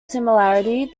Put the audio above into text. similarity